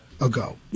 ago